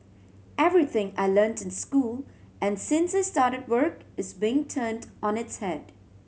everything I learnt in school and since I started work is being turned on its head